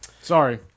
Sorry